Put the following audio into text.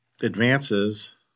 advances